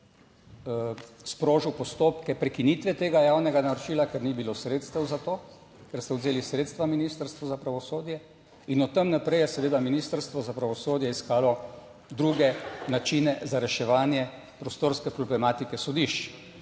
sprožil postopke prekinitve tega javnega naročila, ker ni bilo sredstev za to, ker ste vzeli sredstva Ministrstvu za pravosodje in od tam naprej je seveda Ministrstvo za pravosodje iskalo druge načine za reševanje prostorske problematike sodišč